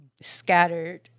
Scattered